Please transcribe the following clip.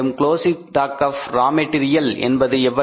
closing stock of raw material என்பது எவ்வளவு